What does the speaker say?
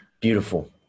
Beautiful